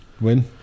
win